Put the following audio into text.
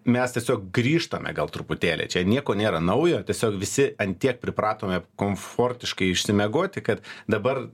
mes tiesiog grįžtame gal truputėlį čia nieko nėra naujo tiesiog visi ant tiek pripratome komfortiškai išsimiegoti kad dabar